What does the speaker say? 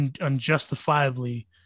unjustifiably